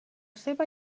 seva